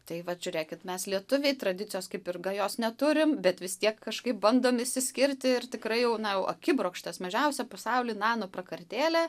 tai vat žiūrėkit mes lietuviai tradicijos kaip ir gajos neturim bet vis tiek kažkaip bandom išsiskirti ir tikrai jau na jau akibrokštas mažiausia pasauly nanoprakartėlė